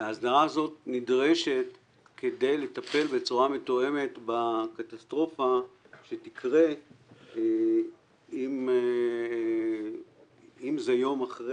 ההסדרה הזאת נדרשת כדי לטפל בצורה מתואמת בקטסטרופה שתקרה אם זה יום אחרי